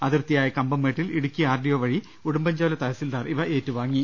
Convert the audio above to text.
അതിർത്തിയായ കമ്പംമേട്ടിൽ ഇടുക്കി ആർഡിഒ വഴി ഉടുമ്പൻചോല തഹ്സിൽദാർ ഇവ ഏറ്റുവാങ്ങി